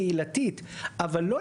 תושב שנכנס ליישוב קהילתי הוא צריך להבין